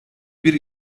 bir